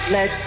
Let